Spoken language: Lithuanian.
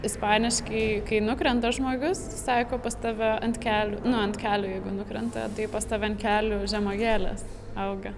jis paniškai kai nukrenta žmogus sako pas tave ant kelių nu ant kelių jeigu nukrenta tai pas tave ant kelių žemuogėlės auga